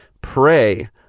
pray